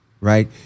right